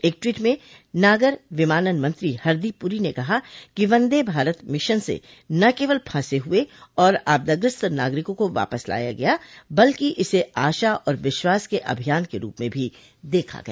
एक ट्वीट में नागर विमानन मंत्री हरदीप पुरी ने कहा कि वंदे भारत मिशन से न केवल फंसे हुए और आपदाग्रस्त नागरिकों को वापस लाया गया बल्कि इसे आशा और विश्वास के अभियान के रूप में भी देखा गया